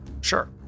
Sure